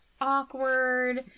awkward